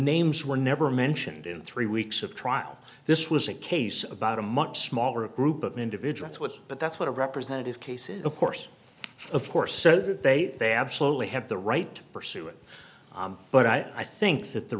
names were never mentioned in three weeks of trial this was a case about a much smaller group of individuals with but that's what a representative case is of course of course so that they they absolutely have the right to pursue it but i think that the